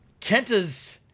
Kenta's